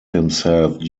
himself